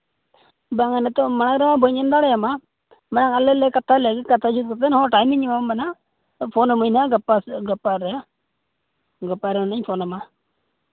ᱵᱟᱝᱼᱟ ᱱᱤᱛᱚᱜ ᱢᱟᱲᱟᱝ ᱨᱮᱦᱚᱸ ᱵᱟᱹᱧ ᱮᱢ ᱫᱟᱲᱮᱭᱟᱢᱟ ᱵᱟᱝ ᱟᱞᱮ ᱞᱮ ᱠᱟᱛᱷᱟ ᱞᱮᱱ ᱠᱟᱛᱷᱟ ᱡᱮᱵᱷᱟᱵᱮ ᱴᱟᱭᱤᱢ ᱤᱧ ᱮᱢᱟᱢ ᱠᱟᱱᱟ ᱯᱷᱳᱱ ᱟᱢᱟᱧ ᱦᱟᱸᱜ ᱜᱟᱯᱟ ᱨᱮ ᱜᱟᱯᱟ ᱥᱮᱜ ᱦᱟᱸᱜ ᱜᱟᱯᱟ ᱨᱮ ᱚᱱᱮᱧ ᱯᱷᱳᱱ ᱟᱢᱟ